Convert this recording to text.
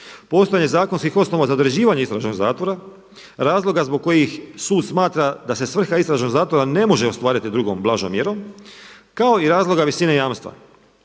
postojanje zakonskih osnova za određivanje istražnog zatvora, razloga zbog kojih sud smatra da se svrha istražnog zatvora ne može ostvariti drugom blažom mjerom kao i razloga visine jamstva,